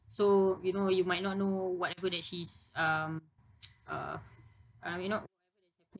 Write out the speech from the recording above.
so you know you might not know whatever that she's um uh